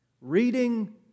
reading